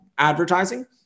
advertising